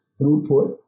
throughput